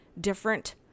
different